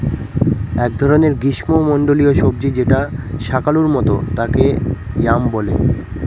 এক ধরনের গ্রীস্মমন্ডলীয় সবজি যেটা শাকালুর মত তাকে য়াম বলে